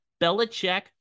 Belichick